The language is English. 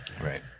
Right